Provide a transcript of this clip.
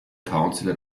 council